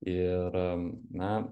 ir na